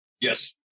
yes